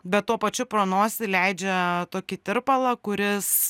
bet tuo pačiu pro nosį leidžia tokį tirpalą kuris